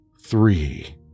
three